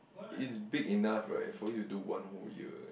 is big enough right for you to do one whole year